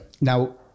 Now